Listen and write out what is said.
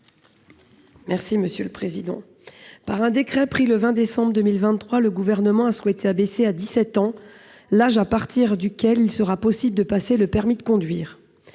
Mme Corinne Bourcier. Par un décret en date du 20 décembre 2023, le Gouvernement a souhaité abaisser à 17 ans l’âge à partir duquel il sera possible de passer le permis de conduire.